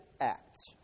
acts